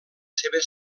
seva